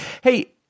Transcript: Hey